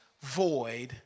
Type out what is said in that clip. void